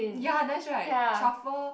ya nice right truffle